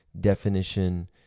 definition